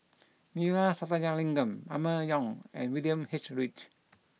Neila Sathyalingam Emma Yong and William H Read